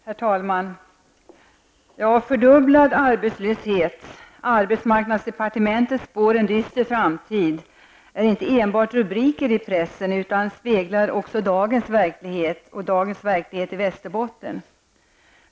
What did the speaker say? Herr talman! Fördubblad arbetslöshet. Arbetsmarknadsdepartementet spår en dyster framtid. Detta är inte enbart rubriker i pressen utan speglar också dagens verklighet, och även dagens verklighet i Västerbotten.